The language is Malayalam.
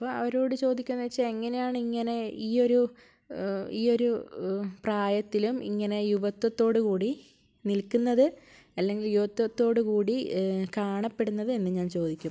അപ്പം അവരോട് ചോദിക്കാന്ന് വെച്ചാൽ എങ്ങനെയാണ് ഇങ്ങനെ ഈ ഒരു ഈ ഒരു പ്രായത്തിലും ഇങ്ങനെ യുവത്വത്തോട് കൂടി നിൽക്കുന്നത് അല്ലെങ്കിൽ യുവത്വത്തോട് കൂടി കാണപ്പെടുന്നത് എന്നു ഞാൻ ചോദിക്കും